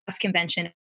convention